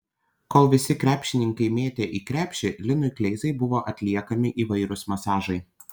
kol visi krepšininkai mėtė į krepšį linui kleizai buvo atliekami įvairūs masažai